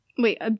Wait